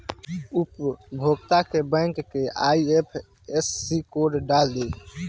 उपभोगता के बैंक के आइ.एफ.एस.सी कोड डाल दी